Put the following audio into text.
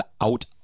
out